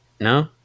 No